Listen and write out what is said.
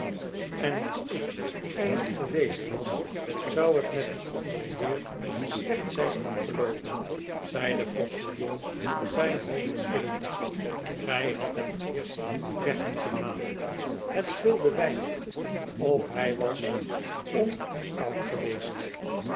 en als ik er niet geweest was zou het met dien anderen heer slecht zijn afgeloopen zei de postiljon zijn hoofd schuddend gij hadt hem eerst weg moeten halen het scheelde weinig of hij was om koud geweest